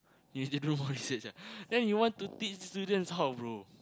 need to do more research ah then you want to teach students how bro